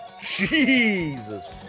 jesus